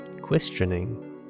questioning